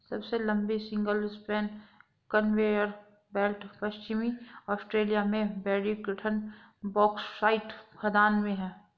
सबसे लंबी single span conveyor belt पश्चिमी ऑस्ट्रेलिया में बोडिंगटन बॉक्साइट खदान में है